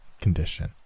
condition